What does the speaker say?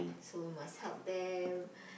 so must help them